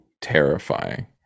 terrifying